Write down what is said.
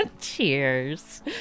Cheers